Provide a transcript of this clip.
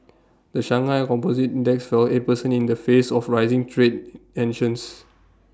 the Shanghai composite index fell eight percent in the face of rising trade tensions